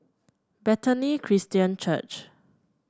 Bethany Christian Church